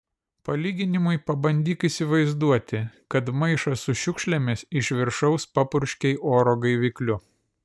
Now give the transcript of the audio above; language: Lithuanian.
palyginimui pabandyk įsivaizduoti kad maišą su šiukšlėmis iš viršaus papurškei oro gaivikliu